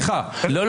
לא.